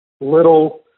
little